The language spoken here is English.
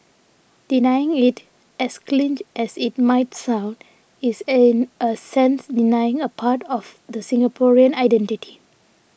denying it as cliche as it might sound is in a sense denying a part of the Singaporean identity